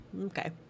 Okay